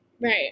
right